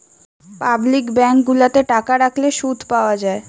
public bank গুলাতে টাকা রাখলে শুধ পাওয়া যায়